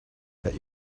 that